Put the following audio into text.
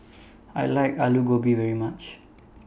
I like Alu Gobi very much